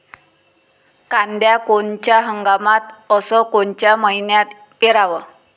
कांद्या कोनच्या हंगामात अस कोनच्या मईन्यात पेरावं?